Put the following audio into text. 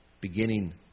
beginning